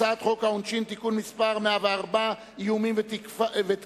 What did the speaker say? הצעת חוק העונשין (תיקון מס' 104) (איומים ותקיפה),